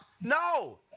No